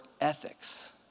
ethics